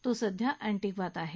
तो सध्या अँटिग्वात आहे